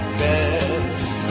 best